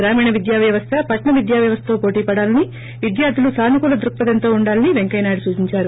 గ్రామీణ విద్యా వ్యవస్థ పట్టణ విద్యా వ్యవస్థతో పోటీ పడాలని విద్యార్థులు సానుకూల దృక్పథంతో ఉండాలని వెంకయ్యనాయుడు సూచించారు